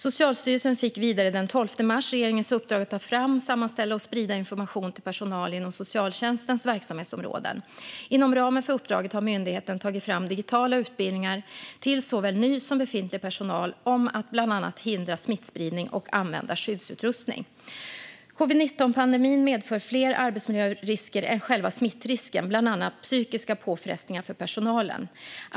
Socialstyrelsen fick vidare den 12 mars regeringens uppdrag att ta fram, sammanställa och sprida information till personal inom socialtjänstens verksamhetsområden. Inom ramen för uppdraget har myndigheten tagit fram digitala utbildningar till såväl ny som befintlig personal om att bland annat hindra smittspridning och använda skyddsutrustning. Covid-19-pandemin medför fler arbetsmiljörisker än själva smittrisken, bland annat psykiska påfrestningar för personalen.